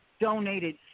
donated